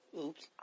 Oops